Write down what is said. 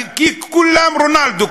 כי כולם רונלדו,